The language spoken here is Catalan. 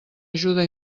ajuda